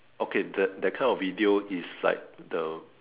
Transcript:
okay the that kind of video is like the